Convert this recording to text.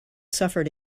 suffered